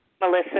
Melissa